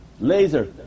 laser